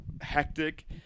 hectic